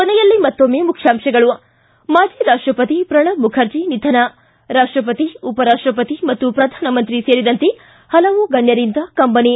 ಕೊನೆಯಲ್ಲಿ ಮತ್ತೊಮ್ನೆ ಮುಖ್ಯಾಂತಗಳು ಿ ಮಾಜಿ ರಾಷ್ಟಪತಿ ಪ್ರಣಬ್ ಮುಖರ್ಜಿ ನಿಧನ ರಾಷ್ಟಪತಿ ಉಪರಾಷ್ಟಪತಿ ಮತ್ತು ಪ್ರಧಾನಮಂತ್ರಿ ಸೇರಿದಂತೆ ಹಲವು ಗಣ್ಣರಿಂದ ಕಂಬನಿ